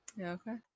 okay